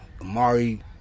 Amari